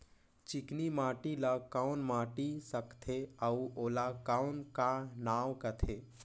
चिकनी माटी ला कौन माटी सकथे अउ ओला कौन का नाव काथे?